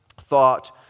thought